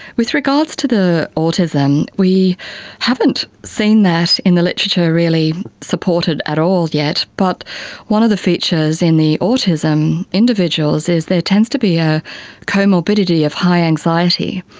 with regards to the autism, we haven't seen that in the literature really supported at all yet, but one of the features in the autism individuals is there tends to be a comorbidity of high anxiety.